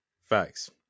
Facts